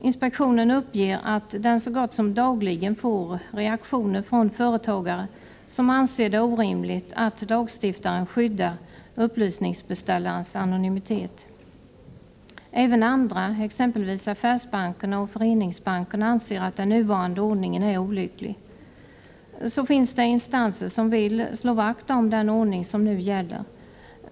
Inspektionen uppger att den så gott som dagligen får reaktioner från företagare som anser det orimligt att lagstiftaren skyddar upplysningsbeställarens anonymitet. Även andra, t.ex. affärsbankerna och föreningsbankerna, anser att den nuvarande ordningen är olycklig. Det finns andra instanser som vill slå vakt om den ordning som nu gäller.